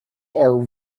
are